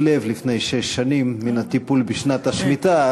לב לפני שש שנים מן הטיפול בשנת השמיטה.